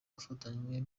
bafatanywe